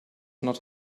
not